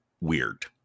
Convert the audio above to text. weird